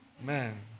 man